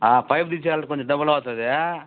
pipe తెచ్చియాలంటే కొంచెం డబ్బులవుతుంది